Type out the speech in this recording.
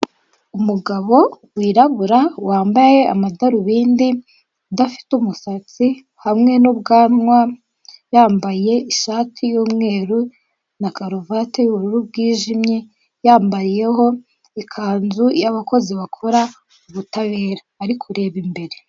Umugabo wirabura wambaye amadarubindi udafite umusatsi hamwe n'ubwanwa yambaye ishati yumweru na karuvati y'ubururu bwijimye, yambayeho ikanzu y'abakozi bakora ubutabera ari kureba imbere.